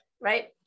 right